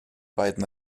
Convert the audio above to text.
beiden